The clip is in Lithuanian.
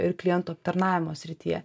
ir klientų aptarnavimo srityje